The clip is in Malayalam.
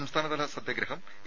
സംസ്ഥാനതല സത്യഗ്രം എ